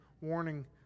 warning